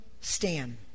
stand